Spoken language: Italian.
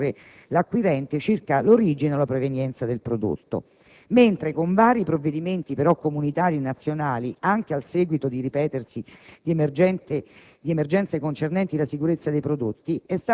solo nel caso in cui l'omissione possa indurre in errore l'acquirente circa l'origine o la provenienza del prodotto, mentre con vari provvedimenti comunitari e nazionali, anche a seguito del ripetersi di emergenze